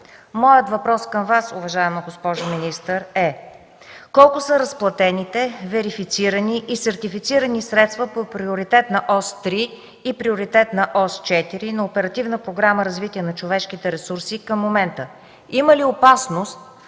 Моят въпрос към Вас, уважаема госпожо министър, е: Колко са разплатените, верифицирани и сертифицирани средства по приоритетна ос 3 и приоритетна ос 4 на Оперативна програма „Развитие на човешките ресурси” към момента? Има ли опасност